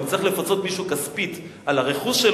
אם צריך לפצות מישהו כספית על הרכוש,